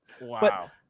wow